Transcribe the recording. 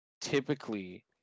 typically